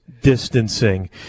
distancing